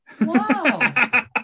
Wow